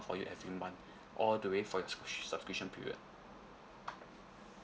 for you every month all the way for its subscri~ subscription period